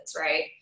right